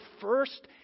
first